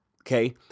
Okay